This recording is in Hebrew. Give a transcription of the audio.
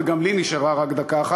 וגם לי נשארה רק דקה אחת,